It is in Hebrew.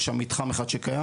יש שם מתחם אחד שקיים.